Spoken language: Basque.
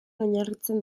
oinarritzen